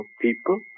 people